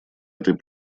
этой